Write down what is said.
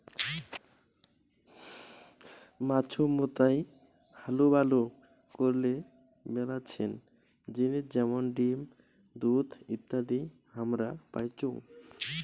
মাছুমৌতাই হালুবালু করলে মেলাছেন জিনিস যেমন ডিম, দুধ ইত্যাদি হামরা পাইচুঙ